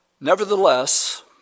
nevertheless